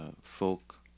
folk